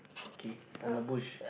okay on the bush